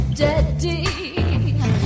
daddy